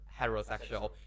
heterosexual